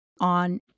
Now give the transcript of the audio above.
on